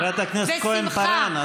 חברת הכנסת כהן-פארן,